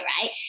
right